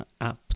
app